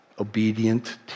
obedient